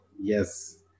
Yes